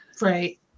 Right